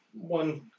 one